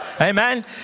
Amen